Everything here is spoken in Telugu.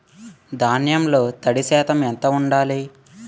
ధాన్యంలో తడి శాతం ఎంత ఉండాలి?